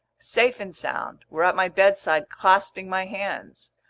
safe and sound, were at my bedside clasping my hands.